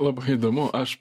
labai įdomu aš